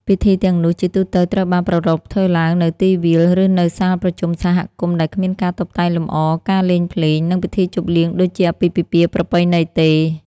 ពិធីទាំងនោះជាទូទៅត្រូវបានប្រារព្ធធ្វើឡើងនៅទីវាល ឬនៅសាលប្រជុំសហគមន៍ដែលគ្មានការតុបតែងលម្អ ការលេងភ្លេង និងពិធីជប់លៀងដូចជាអាពាហ៍ពិពាហ៍ប្រពៃណីទេ។